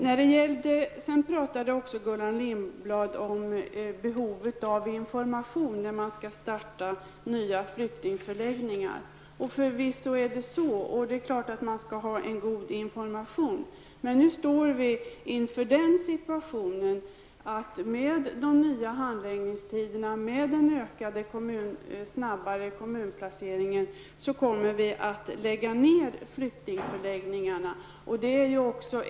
Gullan Lindblad talade om behovet av information när man skall starta nya flyktingförläggningar. Förvisso skall man ha god information. Men nu står vi inför den situationen att vi -- med de nya handläggningstiderna och med den snabbare kommunplaceringen -- kommer att lägga ned flyktingförläggningarna.